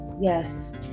Yes